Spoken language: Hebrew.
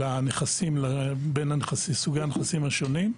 של הנכסים בין סוגי הנכסים השונים.